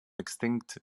extinct